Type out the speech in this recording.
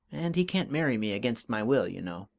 and he can't marry me against my will, you know.